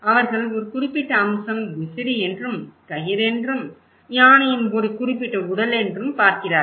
அவர்கள் ஒரு குறிப்பிட்ட அம்சம் விசிறியென்றும் கயிறென்றும் யானையின் ஒரு குறிப்பிட்ட உடளென்றும் பார்க்கிறார்கள்